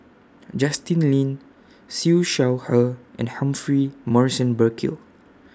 Justin Lean Siew Shaw Her and Humphrey Morrison Burkill